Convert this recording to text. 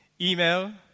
Email